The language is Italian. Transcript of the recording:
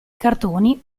cartoni